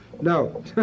No